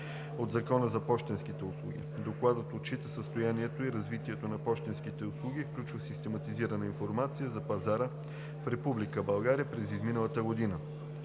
от Закона за пощенските услуги (ЗПУ). Докладът отчита състоянието и развитието на пощенските услуги и включва систематизирана информация за пазара в Република България през изминалата година.